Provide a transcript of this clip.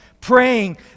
praying